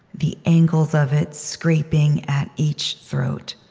the angles of it scraping at each throat,